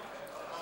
לספור.